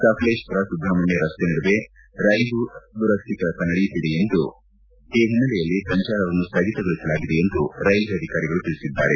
ಸಕಲೇಶಮರ ಸುಬ್ರಮಣ್ಯ ರಸ್ತೆ ನಡುವೆ ರೈಲು ದುರಶ್ಥಿ ಕೆಲಸ ನಡೆಯುತ್ತಿದೆ ಈ ಹಿನ್ನೆಲೆಯಲ್ಲಿ ಸಂಚಾರವನ್ನು ಸ್ಥಗಿತಗೊಳಿಸಲಾಗಿದೆ ಎಂದು ರೈಲ್ವೆ ಅಧಿಕಾರಿಗಳು ಹೇಳಿದ್ದಾರೆ